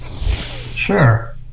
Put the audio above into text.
Sure